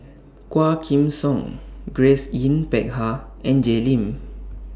Quah Kim Song Grace Yin Peck Ha and Jay Lim